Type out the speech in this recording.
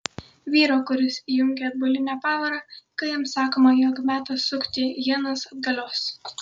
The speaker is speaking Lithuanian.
vyro kuris įjungia atbulinę pavarą kai jam sakoma jog metas sukti ienas atgalios